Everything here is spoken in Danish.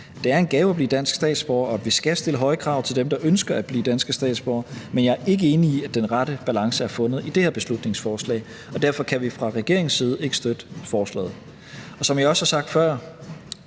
det er en gave at blive dansk statsborger, og at vi skal stille høje krav til dem, der ønsker at blive danske statsborgere, men jeg er ikke enig i, at den rette balance er fundet i det her beslutningsforslag. Derfor kan vi fra regeringens side ikke støtte forslaget. Som jeg også har sagt før